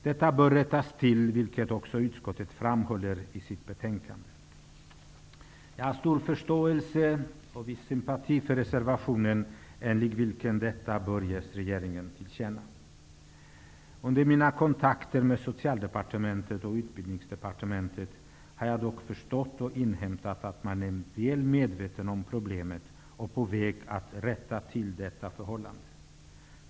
Detta bör rättas till, vilket utskottet också framhåller i sitt betänkande. Jag har stor förståelse och viss sympati för reservationen enligt vilken detta bör ges regeringen till känna. Under mina kontakter med Socialdepartementet och Utbildningsdepartementet har jag dock förstått att man är väl medveten om problemet och är på väg att rätta till detta förhållande.